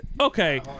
okay